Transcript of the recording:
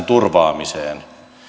turvaamiseen